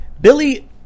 Billy